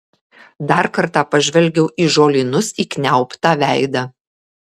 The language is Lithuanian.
dar kartą pažvelgiau į žolynus įkniaubtą veidą